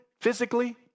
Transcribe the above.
physically